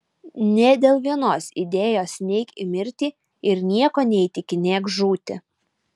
nė dėl vienos idėjos neik į mirtį ir nieko neįtikinėk žūti